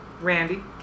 Randy